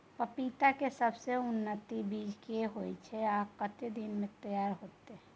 पपीता के सबसे उन्नत बीज केना होयत छै, आ कतेक दिन में तैयार होयत छै?